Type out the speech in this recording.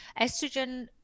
Estrogen